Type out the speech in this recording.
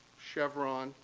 chevron,